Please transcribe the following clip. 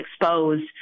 exposed